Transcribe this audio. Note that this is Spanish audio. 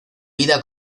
vida